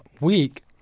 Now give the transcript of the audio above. week